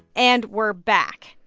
and we're back.